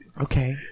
Okay